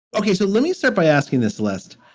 ok, so let me start by asking this list,